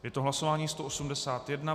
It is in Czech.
Je to hlasování 181.